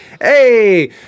hey